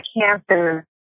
cancer